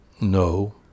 No